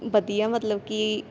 ਵਧੀਆ ਮਤਲਬ ਕਿ